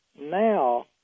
now